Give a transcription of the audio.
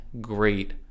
great